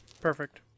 Perfect